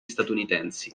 statunitensi